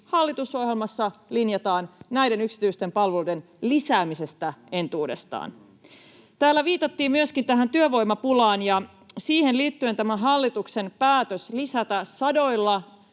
hallitusohjelmassa linjataan näiden yksityisten palveluiden lisäämisestä entuudestaan. Täällä viitattiin myöskin työvoimapulaan, ja siihen liittyen tämä hallituksen päätös lisätä sadoilla